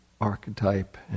archetype